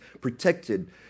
protected